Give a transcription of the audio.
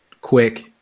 quick –